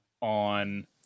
on